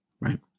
Right